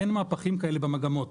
אין מהפכים כאלה במגמות,